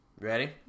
Ready